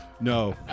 No